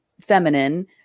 feminine